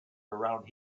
around